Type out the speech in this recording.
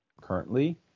currently